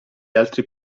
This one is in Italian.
altri